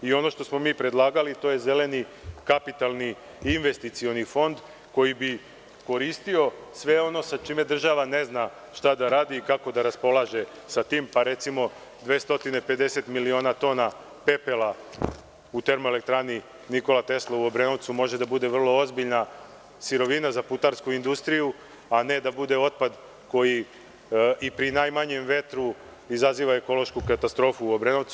Ono što smo mi predlagali je zeleni kapitalni investicioni fond koji bi koristio sve ono sa čime država ne zna šta da radi i kako da raspolaže sa tim, pa recimo 250 miliona tona pepela u Termoelektrani „Nikola Tesla“ u Obrenovcu može da bude vrlo ozbiljna sirovina za putarsku industriju, a ne da bude otpad koji i pri najmanjem vetru izaziva ekološku katastrofu u Obrenovcu.